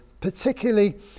particularly